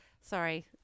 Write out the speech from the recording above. Sorry